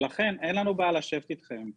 לכן, אין לנו בעיה לשבת אתכם.